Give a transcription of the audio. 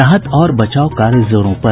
राहत और बचाव कार्य जोरों पर